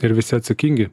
ir visi atsakingi